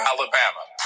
Alabama